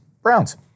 Browns